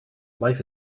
life